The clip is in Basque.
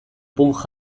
punk